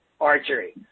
archery